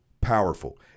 powerful